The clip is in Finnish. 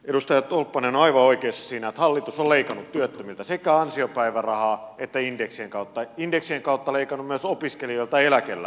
edustaja tolppanen on aivan oikeassa siinä että hallitus on leikannut työttömiltä sekä ansiopäivärahaa että indeksien kautta indeksien kautta leikannut myös opiskelijoilta ja eläkeläisiltä